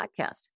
podcast